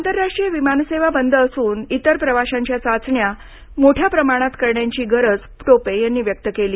आंतरराष्ट्रीय विमानसेवा बंद असून येणाऱ्या इतर प्रवाशांच्या चाचण्या मोठ्या प्रमाणात करण्याची गरज टोपे यांनी व्यक्त केली